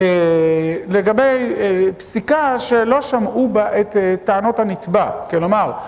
לגבי פסיקה שלא שמעו בה את טענות הנתבע, כלומר